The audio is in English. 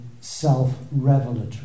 self-revelatory